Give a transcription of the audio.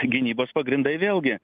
gynybos pagrindai vėlgi